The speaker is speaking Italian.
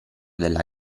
della